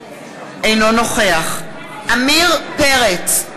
אינו נוכח עמיר פרץ,